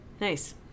Nice